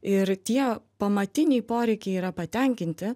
ir tie pamatiniai poreikiai yra patenkinti